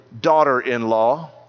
daughter-in-law